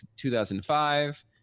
2005